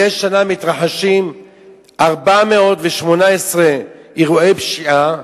מדי שנה מתרחשים 418 אירועי פשיעה,